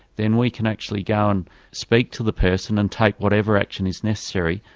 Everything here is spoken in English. then we can actually go and speak to the person and take whatever action is necessary,